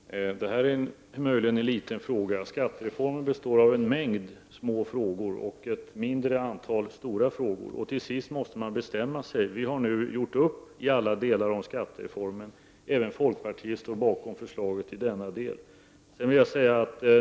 Herr talman! Det här är möjligen en liten fråga. Skattereformen består av en mängd små frågor och ett mindre antal stora frågor, och till sist måste man bestämma sig. Vi har nu gjort upp i alla delar om skattereformen, och även folkpartiet står bakom förslaget i denna del.